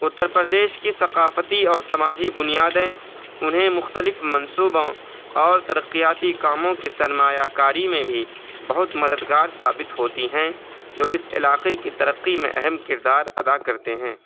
اترپردیش کی ثقافتی اور سماجی بنیادیں انہیں مختلف منصوبوں اور ترقیاتی کاموں کی سرمایہ کاری میں بھی بہت مددگار ثابت ہوتی ہیں جو اس علاقے کی ترقی میں اہم کردار ادا کرتے ہیں